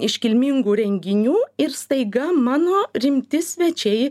iškilmingų renginių ir staiga mano rimti svečiai